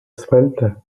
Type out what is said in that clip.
svelta